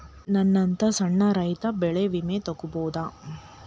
ನನ್ನಂತಾ ಸಣ್ಣ ರೈತ ಬೆಳಿ ವಿಮೆ ತೊಗೊಬೋದ?